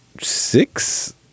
six